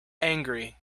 angry